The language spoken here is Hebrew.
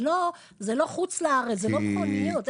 זה לא חוץ לארץ, זה לא מכוניות.